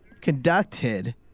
conducted